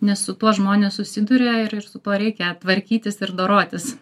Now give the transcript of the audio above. nes su tuo žmonės susiduria ir ir su tuo reikia tvarkytis ir dorotis